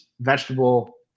vegetable